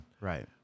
Right